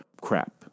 crap